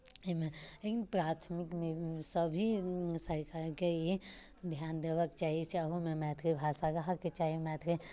एहिमे लेकिन प्राथमिकमेसँ भी सरकारके इहे ध्यान देबक चाही जाहिसँ अहूमे मैथिली भाषा रहऽके चाही मैथिली